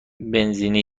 بنزینی